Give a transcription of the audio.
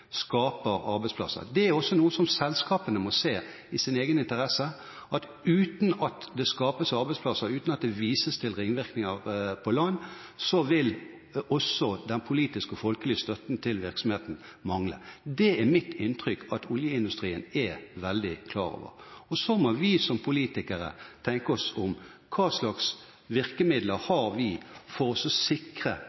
skaper arbeidsplasser. Det er også noe som selskapene må se er i deres egen interesse, at uten at det skapes arbeidsplasser, uten at det vises til ringvirkninger på land, vil den politiske og folkelige støtten til virksomheten mangle. Det er det mitt inntrykk at oljeindustrien er veldig klar over. Og så må vi som politikere tenke oss om: Hva slags virkemidler